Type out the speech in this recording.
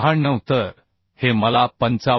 96 तर हे मला 55